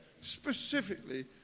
specifically